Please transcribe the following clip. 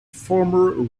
former